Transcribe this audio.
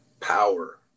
power